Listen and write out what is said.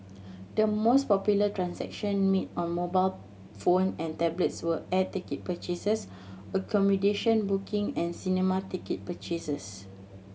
the most popular transaction made on mobile phone and tablets were air ticket purchases accommodation booking and cinema ticket purchases